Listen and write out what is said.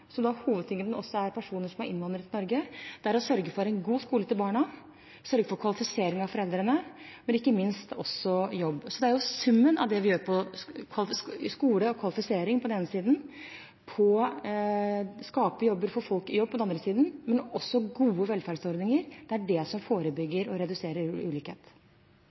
er personer som har innvandret til Norge, er å sørge for en god skole til barna, sørge for kvalifisering av foreldrene, men ikke minst også jobb. Så det er summen av det vi gjør med skole og kvalifisering på den ene siden og å skape jobber og få folk i jobb på den andre siden, men også gode velferdsordninger. Det er det som forebygger og reduserer ulikhet.